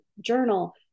journal